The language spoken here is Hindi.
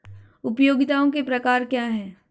उपयोगिताओं के प्रकार क्या हैं?